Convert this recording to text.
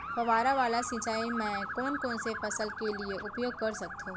फवारा वाला सिंचाई मैं कोन कोन से फसल के लिए उपयोग कर सकथो?